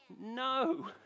No